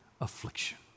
affliction